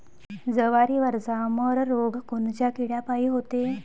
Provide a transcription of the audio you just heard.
जवारीवरचा मर रोग कोनच्या किड्यापायी होते?